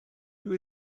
dydw